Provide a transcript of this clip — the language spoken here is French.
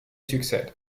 succède